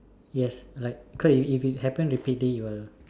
yes like cause if happen repeatedly it will